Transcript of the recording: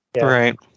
right